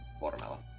watermelon